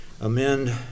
amend